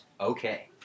Okay